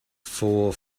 for